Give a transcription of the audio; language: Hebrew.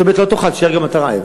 זאת אומרת, לא תאכל, תישאר גם אתה רעב.